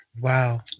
Wow